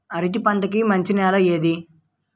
అరటి పంట కి మంచి నెల ఏది?